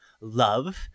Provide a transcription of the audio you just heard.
love